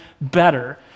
better